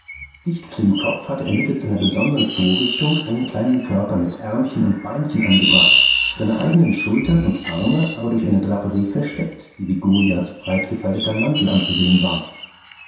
dicht unter dem kopf hatte er mittelst einer besondern vorrichtung einen kleinen körper mit ärmchen und beinchen angebracht seine eigenen schultern und arme aber durch eine draperie versteckt die wie goliaths breit gefalteter mantel anzusehen war